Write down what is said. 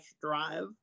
drive